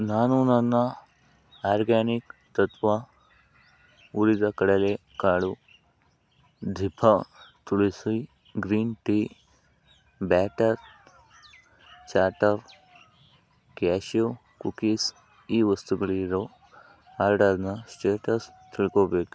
ನಾನು ನನ್ನ ಆರ್ಗ್ಯಾನಿಕ್ ತತ್ವ ಹುರಿದ ಕಡಲೆ ಕಾಳು ದಿಭಾ tulsi green tea batter chatter cashew cookies ಈ ವಸ್ತುಗಳಿರೋ ಆರ್ಡರ್ನ ಸ್ಟೇಟಸ್ ತಿಳ್ಕೊಳ್ಬೇಕು